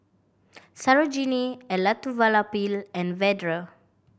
Sarojini Elattuvalapil and Vedre